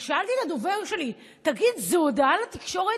שאלתי את הדובר שלי: תגיד, זאת הודעה לתקשורת?